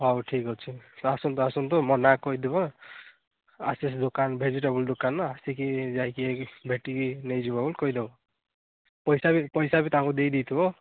ହଉ ଠିକ୍ ଅଛି ଆସନ୍ତୁ ଆସନ୍ତୁ ମୋ ନାଁ କହିଦେବ ଆଶିଷ ଦୋକାନ ଭେଜିଟେବୁଲ୍ ଦୋକାନ ଆସିକି ଯାଇକି ଭେଟିକି ନେଇଯିବ ବୋଲି କହିଦେବ ପଇସା ବି ପଇସା ବି ତାଙ୍କୁ ଦେଇ ଦେଇଥିବ